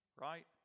Right